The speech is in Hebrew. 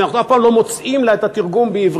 שאנחנו אף פעם לא מוצאים לה את התרגום בעברית.